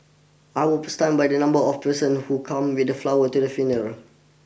I was stunned by the number of person who come with the flower to the funeral